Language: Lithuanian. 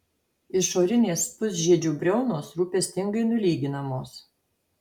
išorinės pusžiedžių briaunos rūpestingai nulyginamos